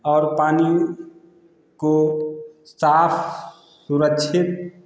और पानी को साफ सुरक्षित